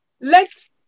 let